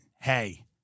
hey